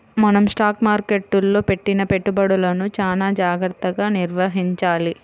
మనం స్టాక్ మార్కెట్టులో పెట్టిన పెట్టుబడులను చానా జాగర్తగా నిర్వహించాలి